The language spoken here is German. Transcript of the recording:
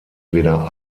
weder